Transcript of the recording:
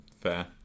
Fair